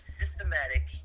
systematic